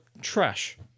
trash